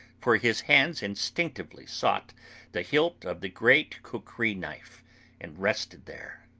for his hands instinctively sought the hilt of the great kukri knife and rested there.